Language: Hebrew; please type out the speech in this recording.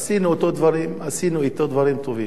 עשינו אתו דברים, עשינו אתו דברים טובים,